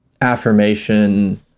affirmation